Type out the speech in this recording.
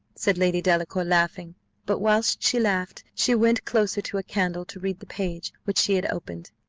said lady delacour, laughing but whilst she laughed she went closer to a candle, to read the page which she had opened.